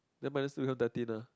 then minus two become thirteen ah